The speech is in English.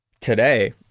today